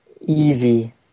easy